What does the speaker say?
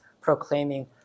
proclaiming